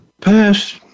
past